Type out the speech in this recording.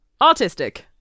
autistic